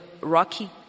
rocky